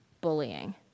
bullying